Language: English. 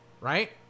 right